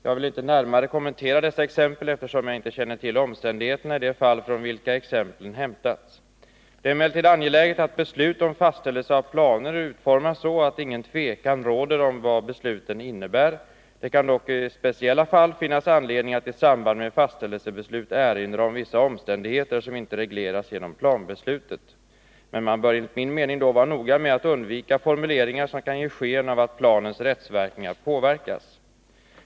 Jag vill inte närmare kommentera dessa exempel, eftersom jag inte känner till omständigheterna i de fall från vilka exemplen hämtats. Det är emellertid angeläget att beslut om fastställelse av planer utformas så, att ingen tvekan råder om vad besluten innebär. Det kan dock i speciella fall finnas anledning att isamband med fastställelsebeslut erinra om vissa omständigheter som inte regleras genom planbeslutet. Men man bör enligt min mening då vara noga med att undvika formuleringar som kan ge sken av att planens rättsverkningar påverkas.